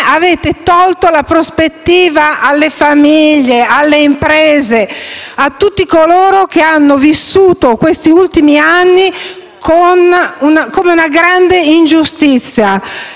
avete tolto la prospettiva alle famiglie, alle imprese, a tutti coloro che hanno vissuto questi ultimi anni come una grande ingiustizia.